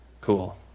cool